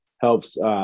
helps